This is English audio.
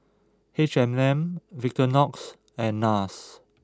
H and M Victorinox and Nars